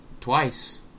twice